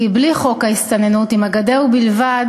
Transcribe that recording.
כי בלי חוק ההסתננות, עם גדר בלבד,